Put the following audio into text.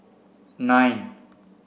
nine